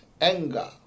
anger